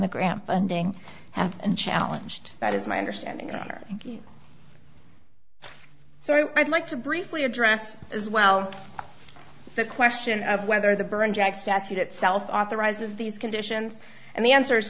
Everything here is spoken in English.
the gram funding have unchallenged that is my understanding or so i'd like to briefly address as wow the question of whether the burn jack statute itself authorizes these conditions and the answer